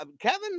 Kevin